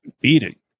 beating